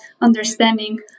understanding